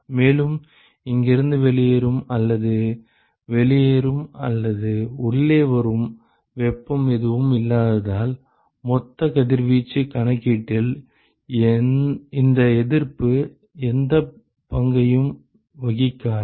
மேலும் இங்கிருந்து வெளியேறும் அல்லது வெளியேறும் அல்லது உள்ளே வரும் வெப்பம் எதுவும் இல்லாததால் மொத்த கதிர்வீச்சுக் கணக்கீட்டில் இந்த எதிர்ப்பு எந்தப் பங்கையும் வகிக்காது